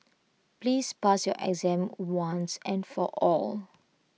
please pass your exam once and for all